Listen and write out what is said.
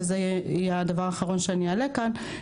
וזה יהיה הדבר האחרון שאני אעלה כאן,